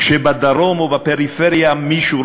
כשבדרום או בפריפריה מישהו,